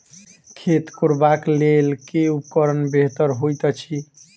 खेत कोरबाक लेल केँ उपकरण बेहतर होइत अछि?